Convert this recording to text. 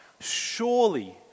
Surely